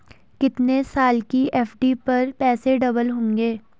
कितने साल की एफ.डी पर पैसे डबल होंगे?